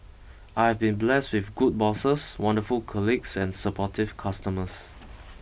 I have been blessed with good bosses wonderful colleagues and supportive customers